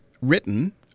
written